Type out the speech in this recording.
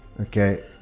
Okay